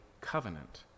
covenant